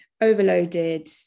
overloaded